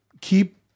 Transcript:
keep